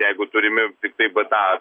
jeigu turimi tiktai bta